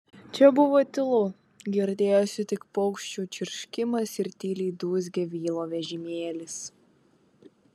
čia buvo tylu girdėjosi tik paukščių čirškimas ir tyliai dūzgė vilo vežimėlis